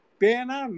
pena